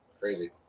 Crazy